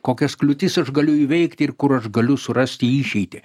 kokias kliūtis aš galiu įveikti ir kur aš galiu surasti išeitį